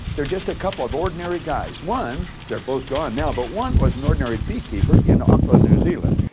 they're just a couple of ordinary guys. one, they're both gone now, but one was an ordinary beekeeper in auckland, new zealand,